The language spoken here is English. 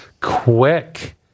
quick